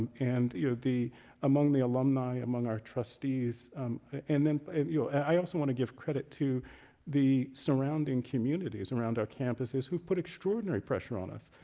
and you know among the alumni, among our trustees and then i also want to give credit to the surrounding communities around our campuses who've put extraordinary pressure on us.